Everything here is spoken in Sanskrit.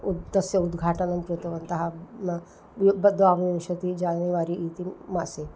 उत् तस्य उद्घाटनं कृतवन्तः द्वाविंशतिः जान्वरि इति मासे